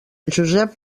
josep